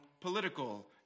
political